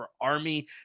army